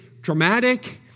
dramatic